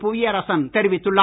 புவியரசன் தெரிவித்துள்ளார்